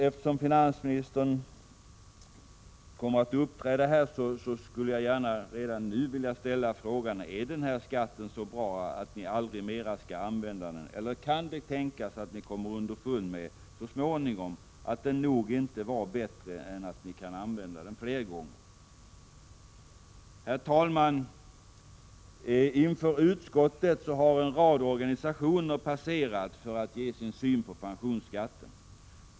Eftersom finansministern kommer att uppträda efter oss, skall jag redan 13 nu be att få ställa frågan till honom: Är den här skatten så bra att ni aldrig mera skall använda den, eller kan det tänkas att ni så småningom kommer underfund om att den inte var bättre än att ni kan använda den flera gånger? Herr talman! Inför utskottet har en rad av organisationer passerat för att ge sin syn på pensionsskatten.